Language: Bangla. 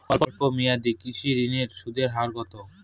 স্বল্প মেয়াদী কৃষি ঋণের সুদের হার কত?